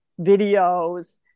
videos